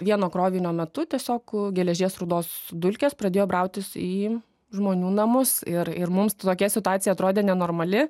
vieno krovinio metu tiesiog geležies rūdos dulkės pradėjo brautis į žmonių namus ir ir mums tokia situacija atrodė nenormali